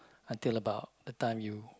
until about the time you